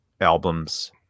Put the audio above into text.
albums